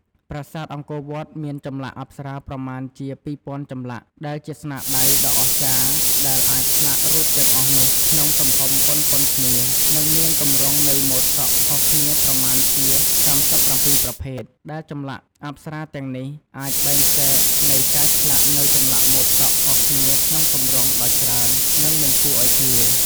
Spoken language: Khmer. ប្រាសាទអង្គរវត្ត មានចម្លាក់អប្សរាប្រមាណជា ២,០០០ ចម្លាក់ដែលជាស្នាដៃដ៏អស្ចារ្យ ដែលអាចឆ្លាក់រូបទាំងអស់នោះក្នុងទំហំប៉ុនៗគ្នា និងមានទម្រង់នៃមូដសក់ខុសគ្នាប្រមាណជា ៣៧ ប្រភេទ ដែលចម្លាក់អប្សារាទាំងនេះអាចបែងចែកនៃការឆ្លាក់នូវចម្លាក់មូដសក់ខុសគ្នាក្នុងទម្រង់ដ៏ច្រើននិងមិនគួរឱ្យជឿ ។